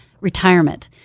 retirement